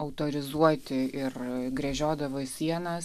autorizuoti ir grežiodavo sienas